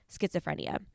schizophrenia